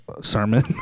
sermon